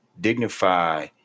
dignify